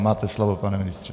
Máte slovo, pane ministře.